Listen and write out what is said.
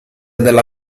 della